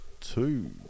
two